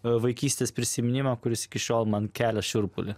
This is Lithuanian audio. vaikystės prisiminimo kuris iki šiol man kelia šiurpulį